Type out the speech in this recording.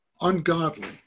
ungodly